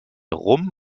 rum